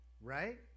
Right